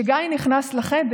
כשגיא נכנס לחדר